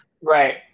Right